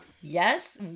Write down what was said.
yes